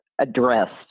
addressed